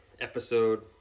episode